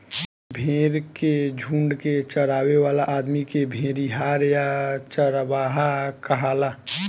भेड़ के झुंड के चरावे वाला आदमी के भेड़िहार या चरवाहा कहाला